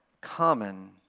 common